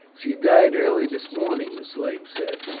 she died early this morning, the slave said.